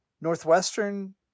Northwestern